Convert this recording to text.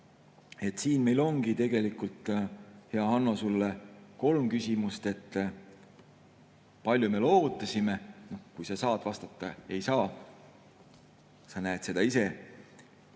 Siin meil ongi tegelikult, hea Hanno, sulle kolm küsimust. Kui palju me loovutasime? Kas sa saad vastata või ei saa, seda näed sa.